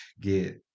get